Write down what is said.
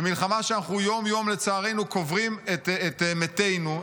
במלחמה שבה אנחנו יום-יום לצערנו קוברים את מתינו,